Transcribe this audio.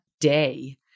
day